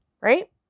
right